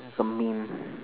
that's a meme